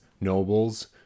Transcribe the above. nobles